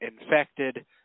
infected